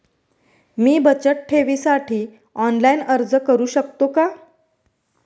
मी बचत ठेवीसाठी ऑनलाइन अर्ज करू शकतो का?